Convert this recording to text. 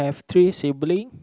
three sibling